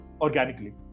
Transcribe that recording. organically